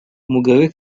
mugabe